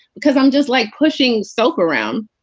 because i'm just like pushing soap around